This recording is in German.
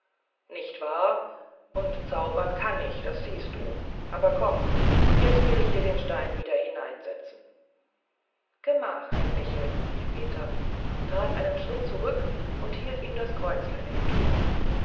nicht wahr und zaubern kann ich das siehst du aber komm jetzt will ich dir den stein wieder hineinsetzen gemach herr michel rief peter trat einen schritt zurück und hielt ihm das kreuzlein entgegen